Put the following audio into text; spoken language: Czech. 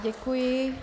Děkuji.